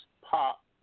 Pop